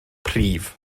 prif